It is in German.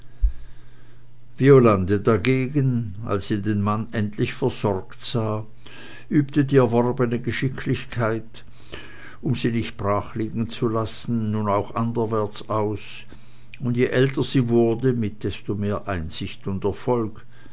violande dagegen als sie den mann endlich versorgt sah übte die erworbenen geschicklichkeiten um sie nicht brachliegen zu lassen nun auch anderwärts aus und je älter sie wurde mit desto mehr einsicht und erfolg